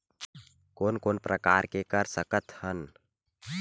कोन कोन प्रकार के कर सकथ हन?